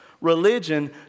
Religion